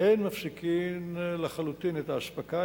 אין מפסיקים לחלוטין את האספקה,